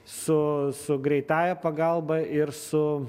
su su greitąja pagalba ir su